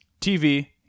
tv